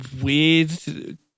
weird